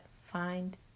find